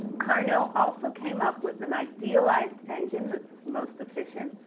carnot also came up with an idealized engine, that's his most efficient.